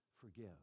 Forgive